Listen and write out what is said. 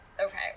okay